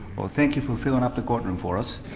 thank you for filling up the court room for us.